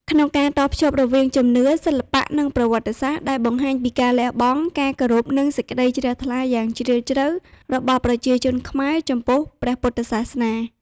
ក្នុងការតភ្ជាប់រវាងជំនឿ សិល្បៈ និងប្រវត្តិសាស្ត្រ ដែលបង្ហាញពីការលះបង់ ការគោរព និងសេចក្តីជ្រះថ្លាយ៉ាងជ្រាលជ្រៅរបស់ប្រជាជនខ្មែរចំពោះព្រះពុទ្ធសាសនា។